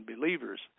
believers